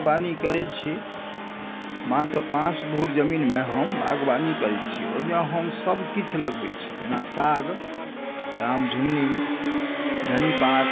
बागवानी करैत छी मात्र पाँच धूर जमीनमे हम बागवानी करैत छी ओहिमे हम सभकिछु लगबैत छी जेना साग रामझिगुणी धन्नीपात